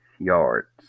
Yards